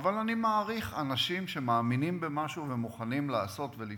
אבל אני מעריך אנשים שמאמינים במשהו ומוכנים לעשות ולפעול.